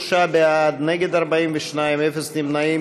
33 בעד, נגד, 42, אפס נמנעים.